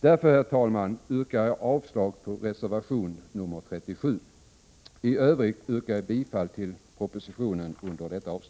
Därför, herr talman, yrkar jag avslag även på reservation 37 och i övrigt bifall till utskottets hemställan.